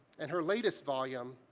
and her latest volume,